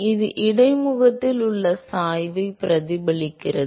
இது இடைமுகத்தில் உள்ள சாய்வை பிரதிபலிக்கிறது